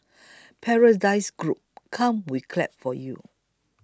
Paradise Group come we clap for you